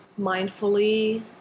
mindfully